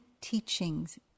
teachings